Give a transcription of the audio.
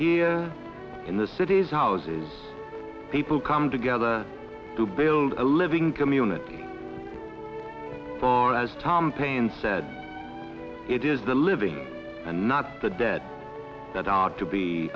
here in the city's houses people come together to build a living community far as tom paine said it is the living and not the dead that are to be